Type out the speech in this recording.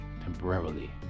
temporarily